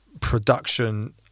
production